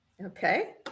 Okay